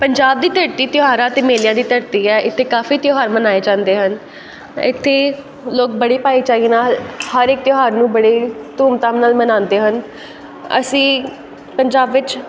ਪੰਜਾਬ ਦੀ ਧਰਤੀ ਤਿਉਹਾਰਾਂ ਅਤੇ ਮੇਲਿਆਂ ਦੀ ਧਰਤੀ ਹੈ ਇੱਥੇ ਕਾਫੀ ਤਿਉਹਾਰ ਮਨਾਏ ਜਾਂਦੇ ਹਨ ਇੱਥੇ ਲੋਕ ਬੜੇ ਭਾਈਚਾਰੇ ਨਾਲ ਹਰ ਇੱਕ ਤਿਉਹਾਰ ਨੂੰ ਬੜੇ ਧੂਮ ਧਾਮ ਨਾਲ ਮਨਾਉਂਦੇ ਹਨ ਅਸੀਂ ਪੰਜਾਬ ਵਿੱਚ